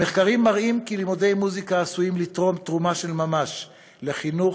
המחקרים מראים כי לימודי מוזיקה עשויים לתרום תרומה של ממש לחינוך,